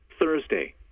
Thursday